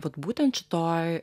vat būtent šitoj